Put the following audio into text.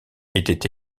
étaient